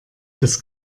das